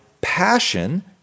passion